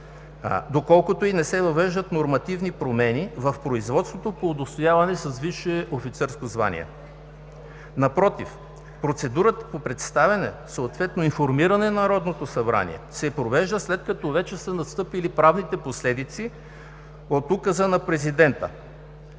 доколкото и не се въвеждат нормативни промени в производството по удостояване с висше офицерско звание. Напротив, процедурата по представяне, съответно информиране на Народното събрание, се провежда, след като вече са настъпили правните последици от Указа на президента.